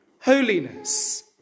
holiness